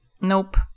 Nope